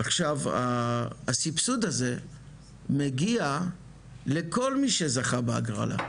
הסבסוד הזה מגיע לכל מי שזכה בהגרלה.